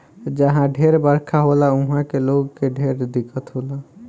जहा ढेर बरखा होला उहा के लोग के ढेर दिक्कत होला